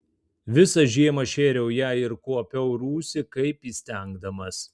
visą žiemą šėriau ją ir kuopiau rūsį kaip įstengdamas